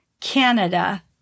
Canada